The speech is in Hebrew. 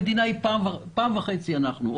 המדינה היא פעם וחצי מאיתנו,